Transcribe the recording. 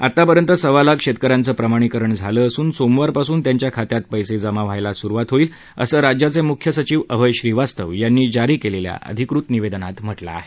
आतापर्यंत सव्वा लाख शेतक यांचं प्रमाणीकरण झालं असून सोमवारपासून त्यांच्या खात्यात पैसे जमा व्हायला सुरुवात होईल असं राज्याचे मुख्य सचिव अभय श्रीवास्तव यांनी जारी केलेल्या अधिकृत निवेदनात म्हटलं आहे